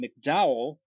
McDowell